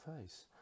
face